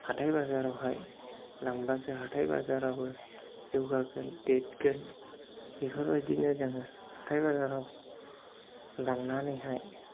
हाथाइ बाजाराव लांब्लासो हाथाइ बाजाराबो जौगागोन देरगोन बेफोरबायदिनो जोङो हाथाइ बाजाराव लांनानै